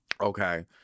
Okay